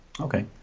Okay